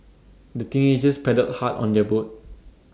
the teenagers paddled hard on their boat